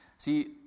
See